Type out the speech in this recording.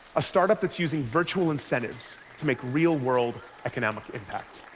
a startup that's using virtual incentives to make real-world economic impact.